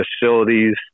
facilities